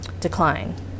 decline